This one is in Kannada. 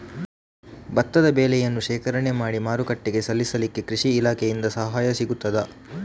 ಭತ್ತದ ಬೆಳೆಯನ್ನು ಶೇಖರಣೆ ಮಾಡಿ ಮಾರುಕಟ್ಟೆಗೆ ಸಾಗಿಸಲಿಕ್ಕೆ ಕೃಷಿ ಇಲಾಖೆಯಿಂದ ಸಹಾಯ ಸಿಗುತ್ತದಾ?